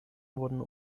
wurden